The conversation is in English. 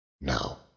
Now